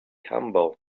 humble